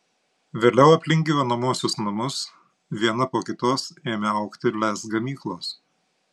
vėliau aplink gyvenamuosius namus viena po kitos ėmė augti lez gamyklos